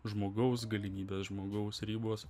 žmogaus galimybės žmogaus ribos